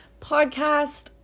podcast